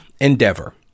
endeavor